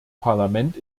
parlament